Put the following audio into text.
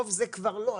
טוב זה כבר לא,